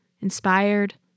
Inspired